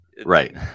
Right